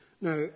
Now